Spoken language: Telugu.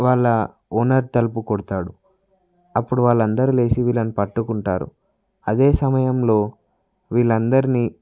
వాళ్ళ ఓనర్ తలుపు కొడతాడు అప్పుడు వాళ్ళందరు లేసి వీళ్ళను పట్టుకుంటారు అదే సమయంలో వీళ్ళందరిని